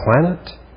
planet